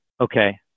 okay